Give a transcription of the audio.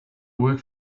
work